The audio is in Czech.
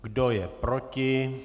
Kdo je proti?